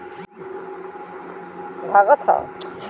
जमा खाता एक आदमी के चाहे एक कंपनी के हो सकेला